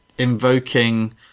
invoking